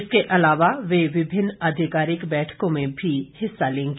इसके अलावा वेविभिन्न अधिकारिक बैठकों में भी हिस्सा लेंगे